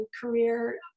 career